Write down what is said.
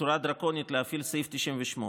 בצורה דרקונית להפעיל סעיף 98,